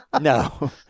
No